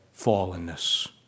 fallenness